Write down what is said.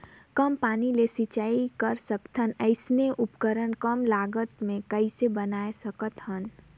कम पानी ले सिंचाई कर सकथन अइसने उपकरण कम लागत मे कइसे बनाय सकत हन?